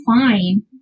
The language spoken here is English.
fine